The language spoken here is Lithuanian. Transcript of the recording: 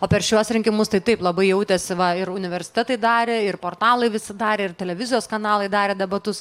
o per šiuos rinkimus tai taip labai jautėsi ir universitetai darė ir portalai visi darė ir televizijos kanalai darė debatus